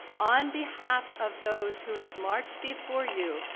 on behalf of those who have marched before you,